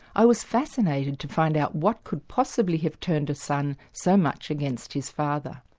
i was fascinated to find out what could possibly have turned a son so much against his father.